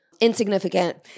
insignificant